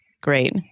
Great